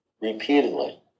Repeatedly